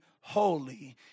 holy